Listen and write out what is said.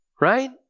right